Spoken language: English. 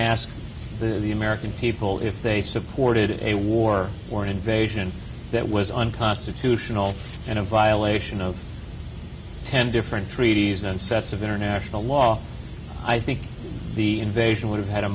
ask the american people if they supported a war or an invasion that was unconstitutional and a violation of ten different treaties and sets of international law i think the invasion would have had a